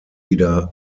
wieder